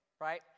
right